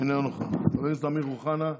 אינו נוכח, חבר הכנסת אמיר אוחנה,